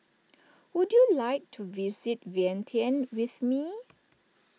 would you like to visit Vientiane with me